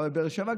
גם בבאר שבע,